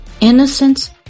Innocence